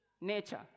nature